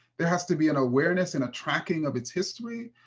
there has to be an awareness and a tracking of its history.